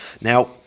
Now